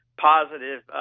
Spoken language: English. positive